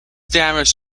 damage